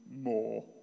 more